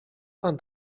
pan